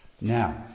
Now